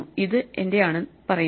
ഇത് എന്റെ ആണ് പറയുന്നു